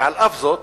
ועל אף זאת